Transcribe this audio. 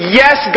yes